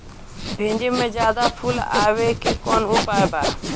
भिन्डी में ज्यादा फुल आवे के कौन उपाय बा?